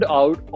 out